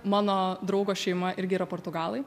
mano draugo šeima irgi yra portugalai